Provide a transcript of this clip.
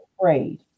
afraid